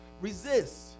resist